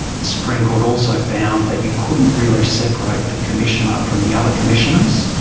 the supreme court also found that you couldn't really separate the commissioner from the other commissioners.